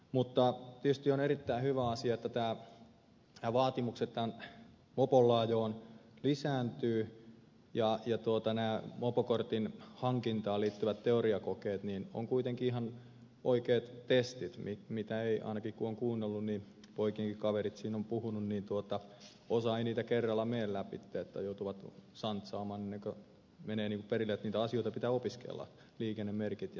mutta tietysti on erittäin hyvä asia että nämä vaatimukset mopolla ajoon lisääntyvät ja nämä mopokortin hankintaan liittyvät teoriakokeet ovat kuitenkin ihan oikeat testit mitä ainakaan kun on kuunnellut poikien kaveritkin siinä ovat puhuneet osa ei kerralla mene läpi joutuvat santsaamaan ennen kuin menee perille ja on hyvä että niitä asioita pitää opiskella liikennemerkkejä ja sääntöjä